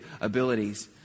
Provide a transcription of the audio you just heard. abilities